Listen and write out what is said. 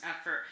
effort